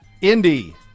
Indy